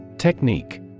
Technique